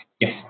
Yes